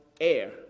air